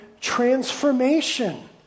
transformation